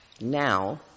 now